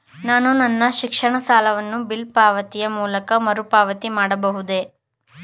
ನಾನು ನನ್ನ ಶಿಕ್ಷಣ ಸಾಲವನ್ನು ಬಿಲ್ ಪಾವತಿಯ ಮೂಲಕ ಮರುಪಾವತಿ ಮಾಡಬಹುದೇ?